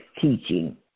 teaching